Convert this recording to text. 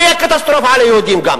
תהיה קטסטרופה על היהודים גם.